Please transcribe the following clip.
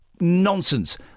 nonsense